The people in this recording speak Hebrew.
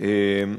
בישראל.